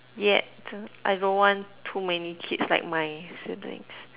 yet I don't want too many kids like my siblings